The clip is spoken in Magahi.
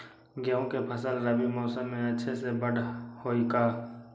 गेंहू के फ़सल रबी मौसम में अच्छे से बढ़ हई का?